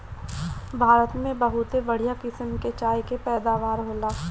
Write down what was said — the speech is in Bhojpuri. भारत में बहुते बढ़िया किसम के चाय के पैदावार होला